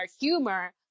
humor